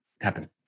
happen